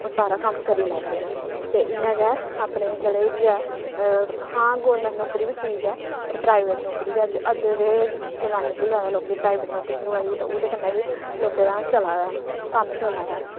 ओह् सारा कम्म करी लैंदे न ते इ'यां गै अपने जेह्ड़े बी ऐ हां गौरमैंट नौकरी बी ठीक ऐ पर प्राइवेट नौकरी बी अज्ज अज्जै दे जमान्ने च जैदा लोकें गी प्राइवेट नौकरी थ्होआ दी ते ओह्दे कन्नै बी लोकें दा चला दा कम्म चला दा ऐ